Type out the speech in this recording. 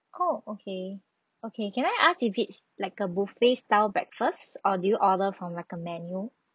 oh okay okay can I ask if it's like a buffet style breakfast or do you order from like a menu